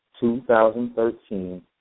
2013